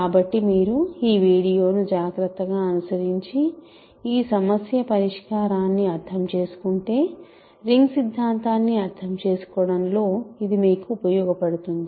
కాబట్టి మీరు ఈ వీడియోను జాగ్రత్తగా అనుసరించి ఈ సమస్య పరిష్కారాన్ని అర్థం చేసుకుంటే రింగ్ సిద్ధాంతాన్ని అర్థం చేసుకోవడంలో ఇది మీకు ఉపయోగపడుతుంది